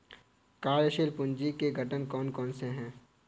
कार्यशील पूंजी के घटक कौन कौन से हैं?